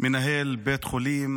מנהל בית החולים